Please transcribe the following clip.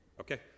Okay